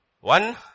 One